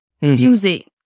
music